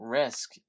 risk